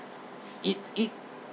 it it